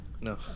No